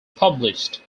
published